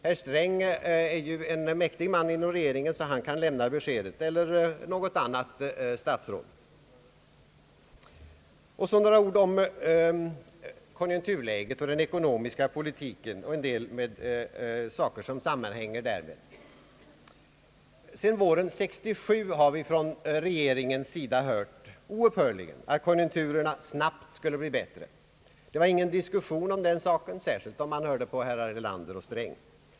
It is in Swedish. Herr Sträng, som är en mäktig man inom regeringen, skulle kunna lämna beskedet, eller också kunde något annat statsråd göra det. Jag vill så säga några ord om konjunkturläget, den ekonomiska politiken och en del därmed sammanhängande saker. Sedan våren 1967 har vi från regeringen oupphörligt hört, att konjunkturerna snabbt skulle bli bättre. Det var ingen diskussion om den saken, särskilt om man lyssnade på herrar Erlander och Sträng.